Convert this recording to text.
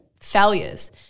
failures